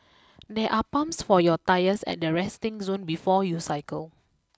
there are pumps for your tyres at the resting zone before you cycle